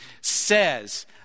says